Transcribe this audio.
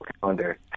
Calendar